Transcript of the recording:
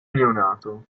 neonato